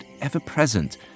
ever-present